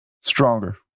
Stronger